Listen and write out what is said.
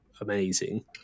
amazing